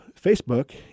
Facebook